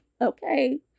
okay